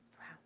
Wow